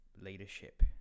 leadership